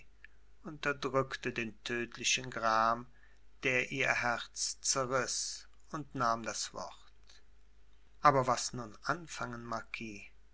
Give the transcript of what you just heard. unterdrückte den tödlichen gram der ihr herz zerriß und nahm das wort aber was nun anfangen